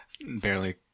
barely